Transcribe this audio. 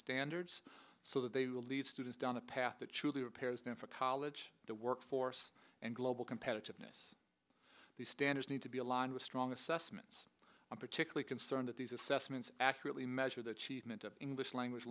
standards so that they will lead students down a path that truly repairs them for college the workforce and global competitiveness the standards need to be aligned with strong assessments of particular concern that these assessments accurately measure the cheeseman to english language